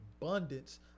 Abundance